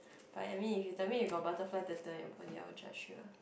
but I mean if you tell me you got butterfly tattoo on your body I will judge you lah